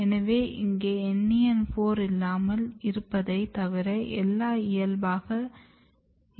எனவே இங்கே NEN4 இல்லாமல் இருப்பதை தவிர எல்லாம் இயல்பாக இருக்கிறது